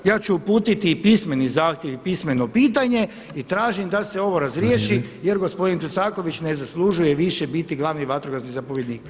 Ja ću uputiti i pismeni zahtjev i pismeno pitanje i tražim da se ovo razriješi jer gospodin Tucaković ne zaslužuje više biti glavni vatrogasni zapovjednik.